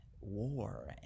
war